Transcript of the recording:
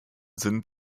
sind